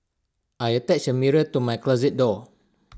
I attached A mirror to my closet door